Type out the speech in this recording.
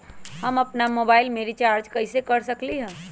हम अपन मोबाइल में रिचार्ज कैसे कर सकली ह?